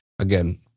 again